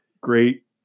Great